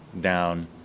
down